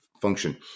function